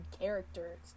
characters